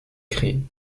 créés